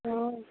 हूँ